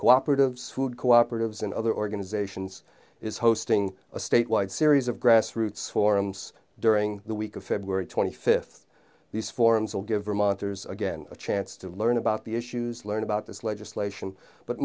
cooperatives food cooperatives and other organizations is hosting a statewide series of grassroots forums during the week of february twenty fifth these forums will give vermonters again a chance to learn about the issues learn about this legislation but